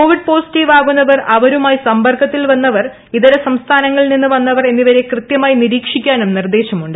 Covid positive ആകുന്നവർ അവരുമായി സമ്പർക്കത്തിൽ വന്നവർ ഇതര സംസ്ഥാനങ്ങളിൽ നിന്ന് വന്നവർ എന്നിവരെ കൃത്യമായി നിരീക്ഷിക്കാനും നിർദ്ദേശമുണ്ട്